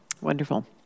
Wonderful